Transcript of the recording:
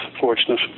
fortunate